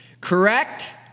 Correct